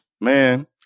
Man